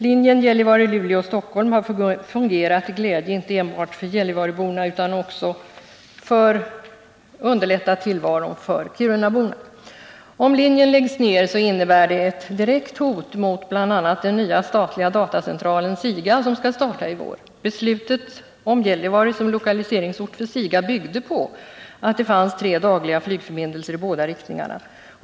Linjen Gällivare-Luleå-Stockholm har inte enbart fungerat till glädje för gällivareborna utan har också underlättat tillvaron för kirunaborna. En nedläggning av linjen innebär ett direkt hot mot bl.a. den nya statliga datacentralen SIGA som skall starta i vår. Beslutet om Gällivare som lokaliseringsort för SIGA byggde på att det fanns tre dagliga flygförbindelser i båda riktningarna.